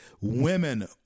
Women